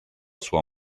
sua